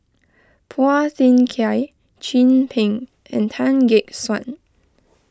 Phua Thin Kiay Chin Peng and Tan Gek Suan